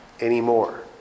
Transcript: anymore